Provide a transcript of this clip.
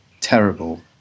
terrible